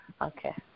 okay